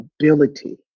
ability